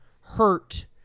hurt